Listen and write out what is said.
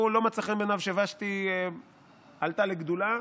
הוא, לא מצא חן בעיניו שוושתי עלתה לגדולה,